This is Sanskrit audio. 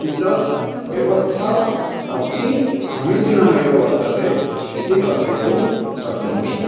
अपि च व्यवस्था अतिसमीचीनमेव वर्तते इति कथयितुं शक्नोमि